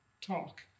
talk